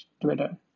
Twitter